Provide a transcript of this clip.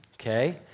okay